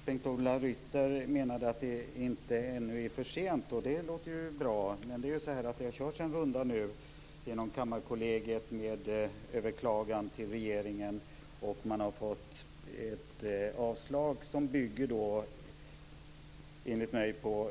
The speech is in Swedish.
Fru talman! Bengt-Ola Ryttar menade att det inte ännu är för sent, och det låter ju bra. Man har nu kört en runda via Kammarkollegiet, med överklagande hos regeringen, och man har fått ett avslag, som dock enligt min uppfattning bygger på